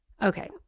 Okay